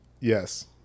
Yes